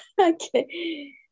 Okay